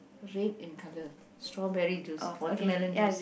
red in color strawberry juice watermelon juice